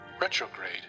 Retrograde